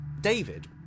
David